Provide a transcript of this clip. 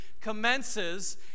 commences